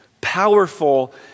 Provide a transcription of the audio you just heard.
Powerful